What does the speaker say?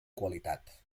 qualitat